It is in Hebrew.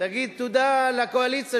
תגיד תודה לקואליציה,